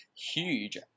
huge